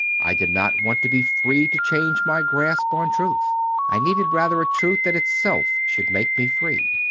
i did not want to be free to change my grasp on truth i needed rather a truth that itself should make me free.